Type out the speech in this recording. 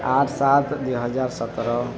ଆଠ ସାତ ଦୁଇହଜାର ସତର